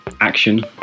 action